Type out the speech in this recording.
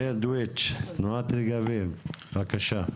תנועת "רגבים" בבקשה.